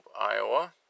Iowa